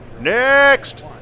Next